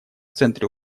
центре